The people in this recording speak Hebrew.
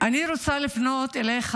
אני רוצה לפנות אליך,